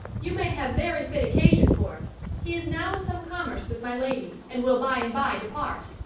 you may have very fit occasion for t he is now in some commerce with my lady, and will by and by depart.